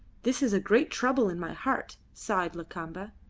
this is a great trouble in my heart, sighed lakamba.